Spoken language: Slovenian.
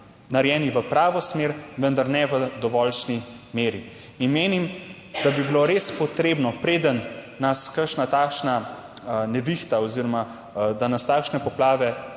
narejeni v pravo smer, vendar ne v dovoljšnji meri. In menim, da bi bilo res potrebno, preden nas kakšna takšna nevihta oziroma da nas takšne poplave